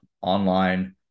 online